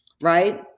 right